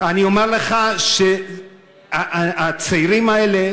אני אומר לך שהצעירים האלה,